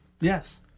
Yes